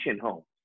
homes